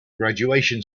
graduation